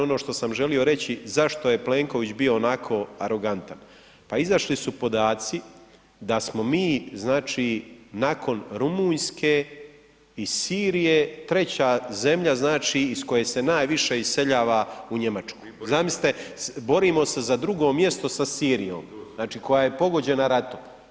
Ono što sam želio reći zašto je Plenković bio onako arogantan, pa izašli su podaci da smo mi znači nakon Rumunjske i Sirije treća zemlja iz koje se najviše iseljava u Njemačku, zamislite borimo se za drugo mjesto sa Sirijom koja je pogođena ratom.